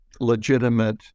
legitimate